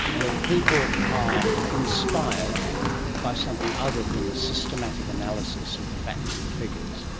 that people are inspired by something other than a systematic analysis of the facts and the figures,